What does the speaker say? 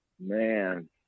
Man